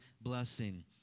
blessing